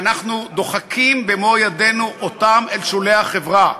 ואנחנו דוחקים אותם במו-ידינו אל שולי החברה,